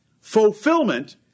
fulfillment